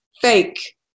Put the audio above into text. fake